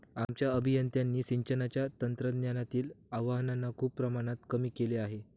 आमच्या अभियंत्यांनी सिंचनाच्या तंत्रज्ञानातील आव्हानांना खूप प्रमाणात कमी केले आहे